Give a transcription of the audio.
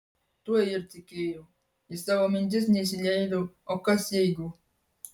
tuo ir tikėjau į savo mintis neįsileidau o kas jeigu